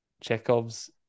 Chekhov's